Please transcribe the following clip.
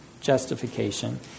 justification